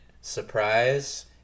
surprise